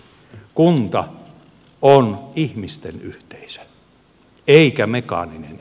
kunta on ihmisten yhteisö eikä mekaaninen elin